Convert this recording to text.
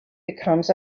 becomes